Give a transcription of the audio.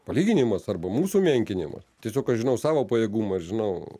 palyginimas arba mūsų menkinimas tiesiog aš žinau savo pajėgumą ir žinau